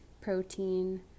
protein